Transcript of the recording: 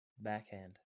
backhand